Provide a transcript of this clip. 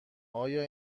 آیا